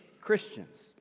Christians